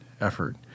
effort